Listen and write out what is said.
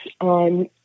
on